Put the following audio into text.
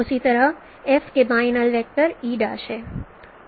उसी तरह F के बाएं नल्ल वेक्टर e है